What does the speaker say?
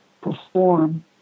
perform